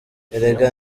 erega